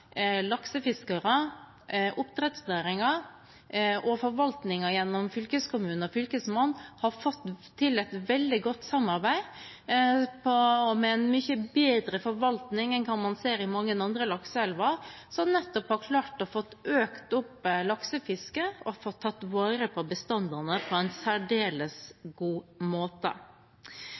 laksefiskere, oppdrettsnæringen og forvaltningen gjennom fylkeskommune og fylkesmann, har man fått til et veldig godt samarbeid, med en mye bedre forvaltning enn det man ser i veldig mange andre lakseelver, og hvor man nettopp har klart å øke laksefisket og ta vare på bestandene på en særdeles god måte.